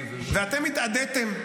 ואתם התאדיתם.